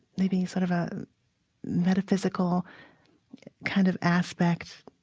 maybe sort of a metaphysical kind of aspect,